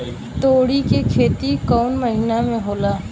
तोड़ी के खेती कउन महीना में होला?